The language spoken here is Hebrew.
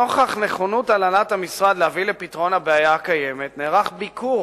נוכח נכונות הנהלת המשרד להביא לפתרון הבעיה הקיימת נערך ביקור